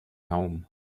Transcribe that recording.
home